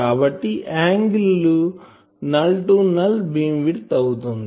కాబట్టి యాంగిల్ లు null to null beam width అవుతుంది